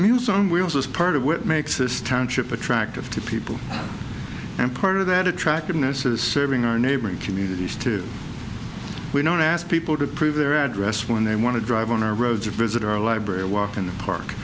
music on wheels as part of what makes this township attractive to people and part of that attractiveness is serving our neighboring communities to we don't ask people to prove their address when they want to drive on our roads or visit our library or walk in the park